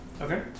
Okay